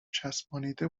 چسبانیده